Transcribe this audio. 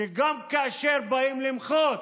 שגם כאשר באים למחות